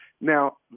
now